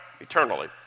Eternally